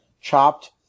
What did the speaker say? chopped